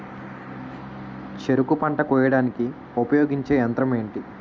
చెరుకు పంట కోయడానికి ఉపయోగించే యంత్రం ఎంటి?